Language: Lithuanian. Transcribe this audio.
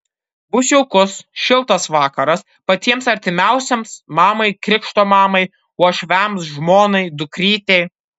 bus jaukus šiltas vakaras patiems artimiausiems mamai krikšto mamai uošviams žmonai dukrytei